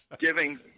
giving